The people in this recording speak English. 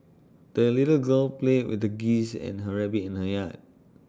the little girl played with the geese and her rabbit in the yard